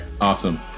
Awesome